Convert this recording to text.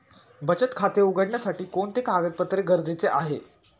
बचत खाते उघडण्यासाठी कोणते कागदपत्रे गरजेचे आहे?